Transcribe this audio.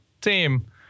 team